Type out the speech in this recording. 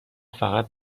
فقط